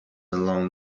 along